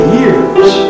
years